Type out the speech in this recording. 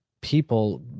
people